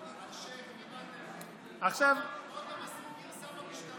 אלשיך ומנדלבליט עוד לא מסרו גרסה במשטרה,